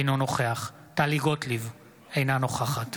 אינו נוכח טלי גוטליב, אינה נוכחת